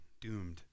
doomed